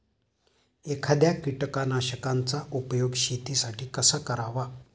एखाद्या कीटकनाशकांचा उपयोग शेतीसाठी कसा करावा?